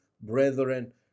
brethren